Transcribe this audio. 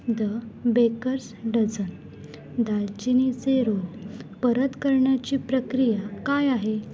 the baker's dozen दालचिनीचे roll परत करण्याची प्रक्रिया काय आहे